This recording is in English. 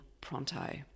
pronto